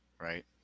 right